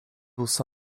also